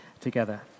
together